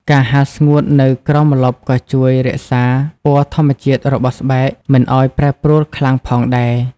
ការហាលស្ងួតនៅក្រោមម្លប់ក៏ជួយរក្សាពណ៌ធម្មជាតិរបស់ស្បែកមិនឱ្យប្រែប្រួលខ្លាំងផងដែរ។